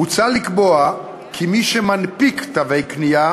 מוצע לקבוע כי מי שמנפיק תווי קנייה